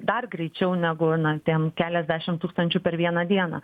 dar greičiau negu na tiem keliasdešimt tūkstančių per vieną dieną